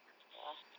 ya